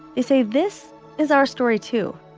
they say, this is our story, too